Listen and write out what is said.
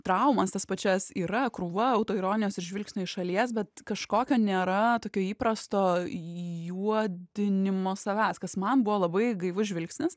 traumas tas pačias yra krūva autoironijos ir žvilgsnio iš šalies bet kažkokio nėra tokio įprasto juodinimo savęs kas man buvo labai gaivus žvilgsnis